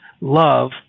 love